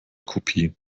kopie